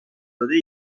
داده